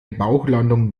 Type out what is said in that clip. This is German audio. bauchlandung